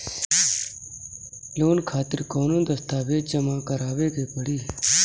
Loan खातिर कौनो दस्तावेज जमा करावे के पड़ी?